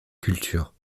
culture